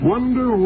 Wonder